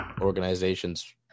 organization's